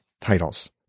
titles